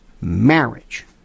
marriage